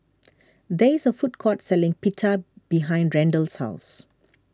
there is a food court selling Pita behind Randal's house